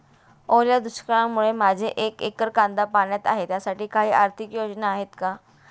ओल्या दुष्काळामुळे माझे एक एकर कांदा पाण्यात आहे त्यासाठी काही आर्थिक योजना आहेत का?